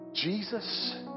Jesus